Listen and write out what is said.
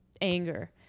anger